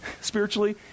spiritually